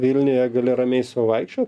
vilniuje gali ramiai sau vaikščio